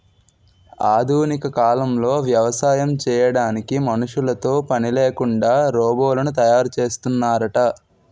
ఆధునిక కాలంలో వ్యవసాయం చేయడానికి మనుషులతో పనిలేకుండా రోబోలను తయారు చేస్తున్నారట